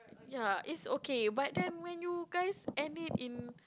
ya it's okay but then when you guys end it in